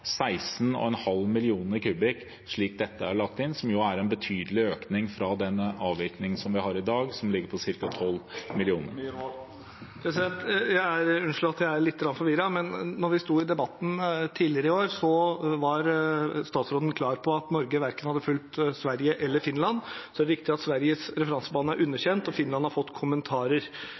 16,5 millioner kubikkmeter, slik dette er lagt inn, som jo er en betydelig økning fra den avvirkningen som vi har i dag, som ligger på ca. 12 millioner. Unnskyld at jeg er litt forvirret, men da vi sto i debatten tidligere i år, var statsråden klar på at Norge verken hadde fulgt Sverige eller Finland. Så er det riktig at Sveriges referansebane er underkjent, og at Finland har fått kommentarer.